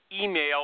email